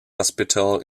hospital